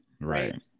right